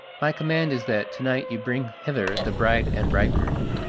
my command is that to-night you bring hither the bride and bridegroom.